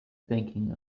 thinking